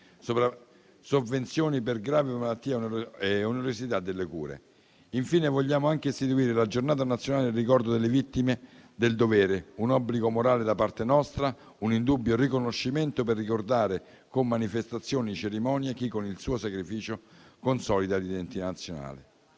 sovvenzioni per gravi malattie e onerosità delle cure. Infine, vogliamo istituire la Giornata nazionale in ricordo delle vittime del dovere, un obbligo morale da parte nostra, un indubbio riconoscimento per ricordare, con manifestazioni e cerimonie, chi con il suo sacrificio consolida l'identità nazionale.